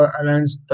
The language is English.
alliance